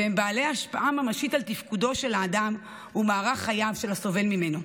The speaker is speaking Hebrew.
והם בעלי השפעה ממשית על תפקודו של האדם ומערך חייו של האדם הסובל ממנו.